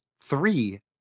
three